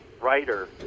writer